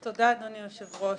תודה, אדוני היושב-ראש.